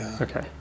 Okay